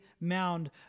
mound